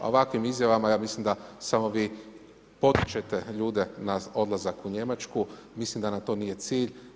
Ovakvim izjavama ja mislim da samo vi potičete ljude na odlazak u Njemačku, mislim da nam to nije cilj.